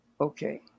okay